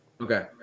Okay